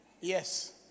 Yes